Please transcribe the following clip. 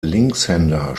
linkshänder